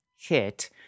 hit